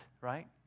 right